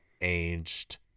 aged